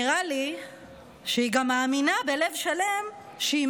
נראה לי שהיא גם מאמינה בלב שלם שהיא